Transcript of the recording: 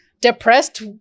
depressed